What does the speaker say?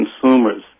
consumers